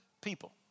people